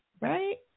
Right